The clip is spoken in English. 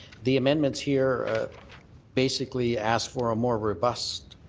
the amendments here basically ask for more robust